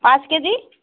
পাঁচ কেজি